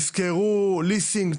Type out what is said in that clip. יעשו ליסינג,